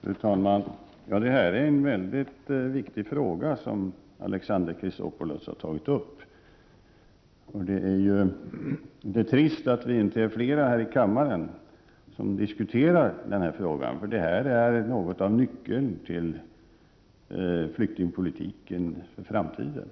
Fru talman! Det är en mycket viktig fråga som Alexander Chrisopoulos har tagit upp. Det är trist att det inte är fler här i kammaren som diskuterar denna fråga, eftersom denna fråga är något av nyckeln till flyktingpolitiken inför framtiden.